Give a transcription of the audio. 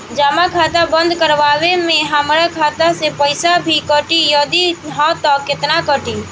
जमा खाता बंद करवावे मे हमरा खाता से पईसा भी कटी यदि हा त केतना कटी?